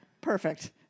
Perfect